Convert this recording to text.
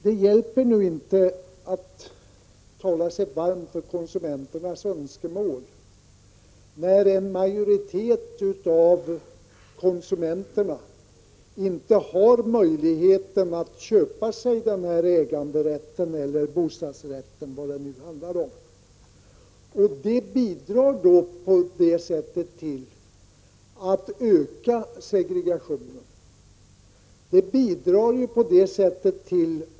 Det hjälper vidare inte, Knut Billing, att tala sig varm för konsumenternas önskemål när en majoritet av konsumenterna inte har möjligheten att köpa den äganderätt, den bostadsrätt osv. som det handlar om. Detta tal bidrar därför till att öka segregationen.